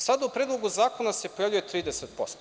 Sada u Predlogu zakona se pojavljuje 30%